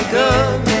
good